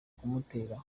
kumutera